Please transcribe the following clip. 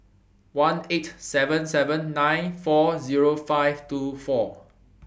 one eight seven seven nine four Zero five two four